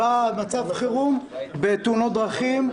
כמצב חירום בתאונות דרכים,